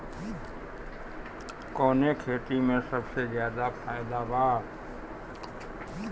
कवने खेती में सबसे ज्यादा फायदा बा?